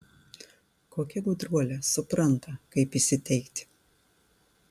kokia gudruolė supranta kaip įsiteikti